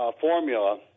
formula